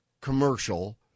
commercial